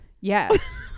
Yes